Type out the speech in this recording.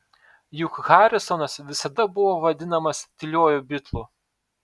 juk harrisonas visada buvo vadinamas tyliuoju bitlu